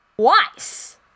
Twice